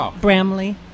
Bramley